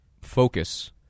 focus